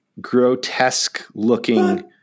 grotesque-looking